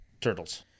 Turtles